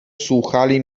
słuchali